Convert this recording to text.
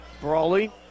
Brawley